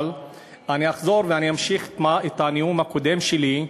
אבל אני אחזור ואמשיך את הנאום הקודם שלי,